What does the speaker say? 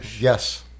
yes